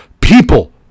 people